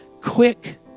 Quick